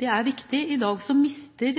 Det er viktig. I dag mister